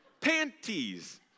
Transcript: Panties